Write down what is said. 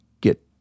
get